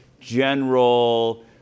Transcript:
general